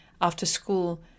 after-school